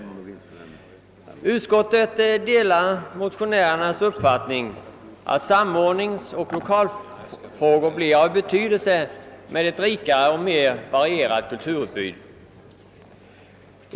Utskottet delar motionärernas uppfattning att samordningsoch lokalfrågor blir av betydelse med ett rikare och mer varierat kulturutbud.